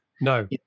No